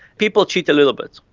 people cheat a little bit.